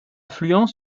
affluents